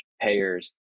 payers